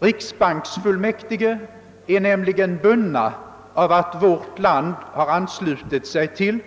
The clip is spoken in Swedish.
Riksbanken är nämligen i sin tillståndsgivning bunden av att vårt land har anslutit sig till